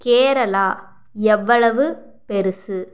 கேரளா எவ்வளவு பெருசு